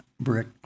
brick